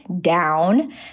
down